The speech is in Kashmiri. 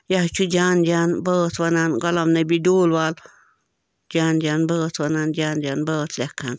یہِ حظ چھُ جان جان بٲتھ وَنان غلام نبی ڈوٗل وال جان جان بٲتھ وَنان جان جان بٲتھ لٮ۪کھان